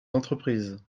entreprises